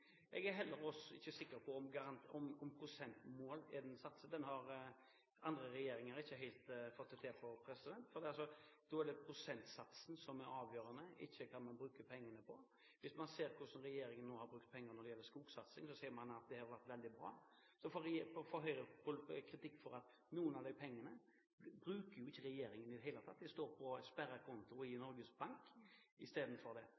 Jeg er heller ikke sikker på prosentmålet, andre regjeringer har ikke fått det helt til. Da er det prosentsatsen som er avgjørende, ikke hva man bruker pengene på. Hvis man ser på hvordan regjeringen nå har brukt penger når det gjelder skogsatsing, ser man at det har vært veldig bra. Noen av de pengene bruker jo ikke regjeringen i det hele tatt, de står på sperret konto i Norges Bank. Nå er klokken gått fullstendig i surr, president, jeg så det